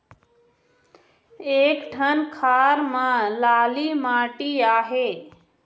एक ठन खार म लाली माटी आहे?